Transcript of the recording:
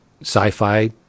sci-fi